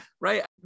Right